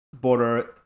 border